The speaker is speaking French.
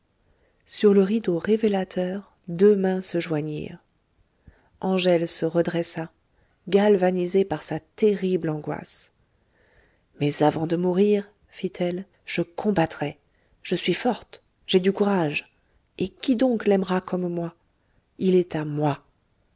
sur le rideau révélateur deux mains se joignirent angèle se redressa galvanisée par sa terrible angoisse mais avant de mourir fit-elle je combattrai je suis forte j'ai du courage et qui donc l'aimera comme moi il est à moi